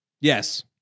Yes